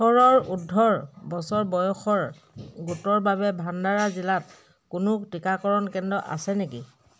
ওঠৰৰ ঊৰ্ধৰ বছৰ বয়সৰ গোটৰ বাবে ভাণ্ডাৰা জিলাত কোনো টীকাকৰণ কেন্দ্ৰ আছে নেকি